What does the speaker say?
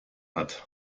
hat